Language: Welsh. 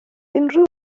unrhyw